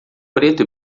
preto